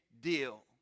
deal